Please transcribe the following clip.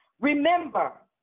Remember